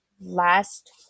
last